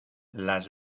las